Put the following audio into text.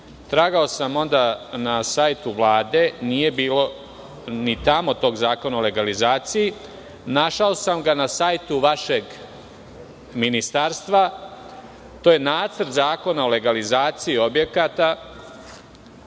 tragao sam onda na sajtu Vlade, nije bilo ni tamo tog zakona o legalizaciji. Našao sam ga na sajtu vašeg ministarstva, to je Nacrt zakona o legalizaciji objekata.